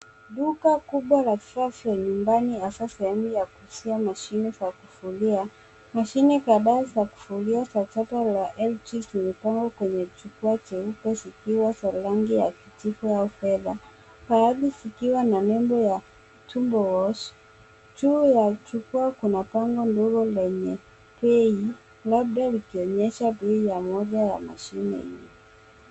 Duka kubwa la vifaa vya nyumbani hasa sehemu ya kuuzia mashine za kufulia. Mashine kadhaa za kufulia za chapa la LG zimepangwa kwenye jukwaa jeupe zikiwa za rangi ya kijivu au fedha. Baadhi zikiwa na nembo ya turbo wash . Juu ya jukwaa kuna bango ndogo lenye bei labda likionyesha bei ya moja ya mashine hio.